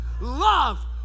love